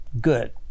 good